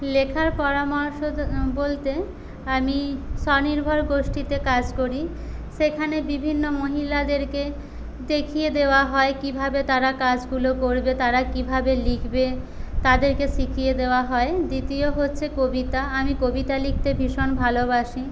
লেখার পরামর্শ বলতে আমি স্বনির্ভর গোষ্ঠীতে কাজ করি সেখানে বিভিন্ন মহিলাদেরকে দেখিয়ে দেওয়া হয় কীভাবে তারা কাজগুলো করবে তারা কীভাবে লিখবে তাদেরকে শিখিয়ে দেওয়া হয় দ্বিতীয় হচ্ছে কবিতা আমি কবিতা লিখতে ভীষণ ভালোবাসি